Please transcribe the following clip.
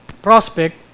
prospect